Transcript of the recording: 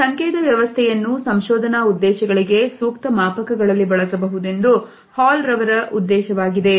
ಈ ಸಂಕೇತ ವ್ಯವಸ್ಥೆಯನ್ನು ಸಂಶೋಧನಾ ಉದ್ದೇಶಗಳಿಗೆ ಸೂಕ್ತ ಮಾಪಕಗಳಲ್ಲಿ ಬಳಸಬಹುದೆಂದು ಹಾಲ್ ರವರ ಉದ್ದೇಶವಾಗಿದೆ